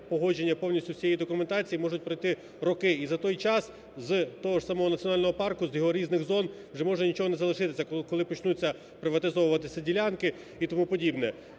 погодження повністю всієї документації можуть пройти роки. І за той час з того ж самого національного парку з його різних зон вже може нічого не залишитися, коли почнуться приватизовуватися ділянки і тому подібне.